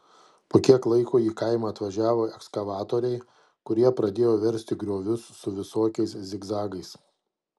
po kiek laiko į kaimą atvažiavo ekskavatoriai kurie pradėjo versti griovius su visokiais zigzagais